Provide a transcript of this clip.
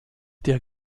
der